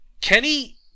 Kenny